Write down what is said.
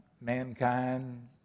mankind